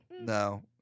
No